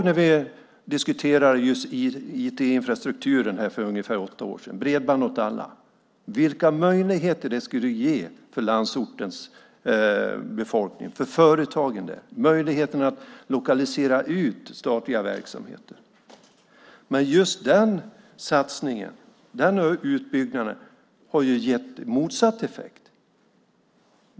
När vi diskuterade just IT-infrastrukturen för ungefär åtta år sedan skulle bredband åt alla ge möjligheter till landsortens befolkning och till företagen där. Man diskuterade möjligheten att lokalisera ut statliga verksamheter. Men just den satsningen och utbyggnaden har gett motsatt effekt.